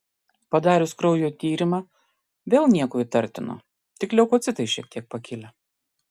padarius kraujo tyrimą vėl nieko įtartino tik leukocitai šiek tiek pakilę